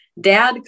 dad